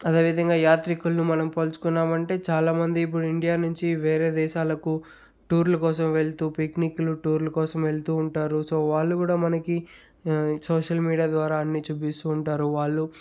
అదేవిధంగా యాత్రికులు మనం పోల్చుకున్నామంటే చాలా మంది ఇప్పుడు ఇండియా నుంచి వేరే దేశాలకు టూర్లు కోసం వెళ్తూ పిక్నిక్లు టూర్లు కోసం వెళ్తూ ఉంటారు సో వాళ్ళు కూడా మనకి సోషల్ మీడియా ద్వారా అన్ని చూపిస్తూ ఉంటారు వాళ్ళు